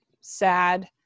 sad